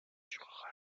durera